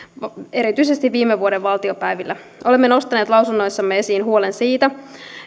erityisesti viime vuoden valtiopäivillä olemme nostaneet lausunnoissamme esiin huolen siitä